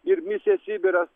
ir misija sibiras